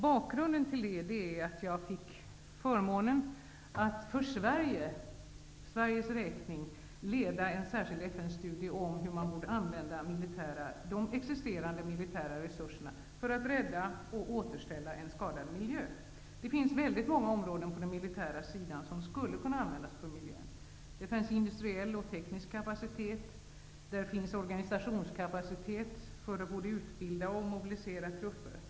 Bakgrunden är att jag har fått förmånen att för Sveriges räkning leda en särskild FN-studie om hur man bör använda de existerande militära resurserna för att rädda och återställa en skadad miljö. Det finns ett stort antal områden på den militära sidan som kan användas för att gynna miljön. Där finns industriell och teknisk kapacitet, organisationskapacitet med möjlighet att både utbilda och mobilisera trupper.